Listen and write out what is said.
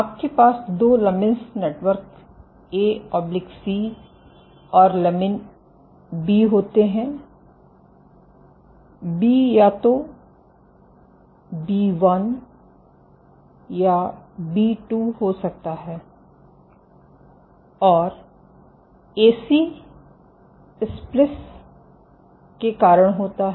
आपके पास दो lamins network lamin A C और लैमन बी होते हैं बी या तो बी 1 या बी 2 हो सकता है और ए सी स्प्लीस के कारण होता है